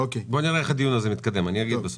בוא נראה איך הדיון הזה מתקדם, ואני אגיד בסוף.